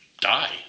die